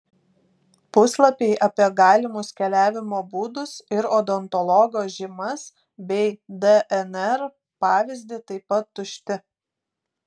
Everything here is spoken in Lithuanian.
puslapiai apie galimus keliavimo būdus ir odontologo žymas bei dnr pavyzdį taip pat tušti